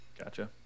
Gotcha